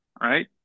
right